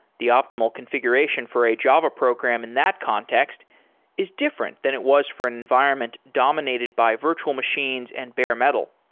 the optimal configuration for a java program in that context is different than it was for an environment dominated by virtual machines and bare metal.